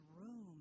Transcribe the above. room